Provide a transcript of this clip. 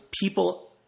people